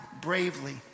bravely